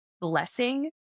blessing